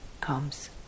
comes